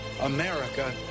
America